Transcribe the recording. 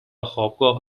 خوابگاه